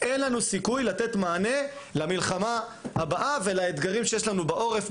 אין לנו סיכוי לתת מענה למלחמה הבאה ולאתגרים שיש לנו בעורף,